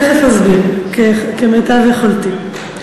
תכף אסביר, כמיטב יכולתי.